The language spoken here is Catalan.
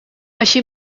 així